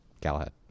Galahad